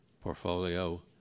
portfolio